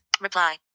Reply